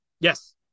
Yes